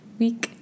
week